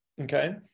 okay